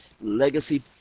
legacy